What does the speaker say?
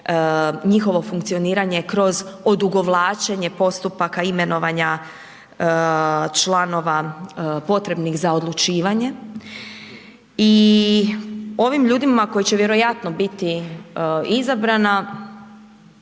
njihovo funkcioniranje kroz odugovlačenje postupaka imenovanja članova potrebnih za odlučivanje i ovim ljudima koji će vjerojatno biti izabrana